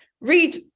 read